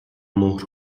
مهر